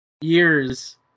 years